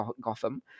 Gotham